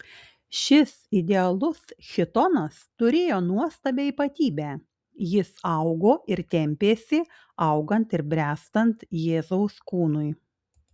šis idealus chitonas turėjo nuostabią ypatybę jis augo ir tempėsi augant ir bręstant jėzaus kūnui